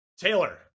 taylor